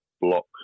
block